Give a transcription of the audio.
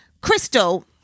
Crystal